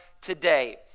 today